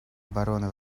обороны